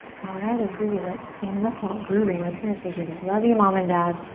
alrighty, groovy, let's stand up tall. groovy? my parents say groovy. love you mom and dad.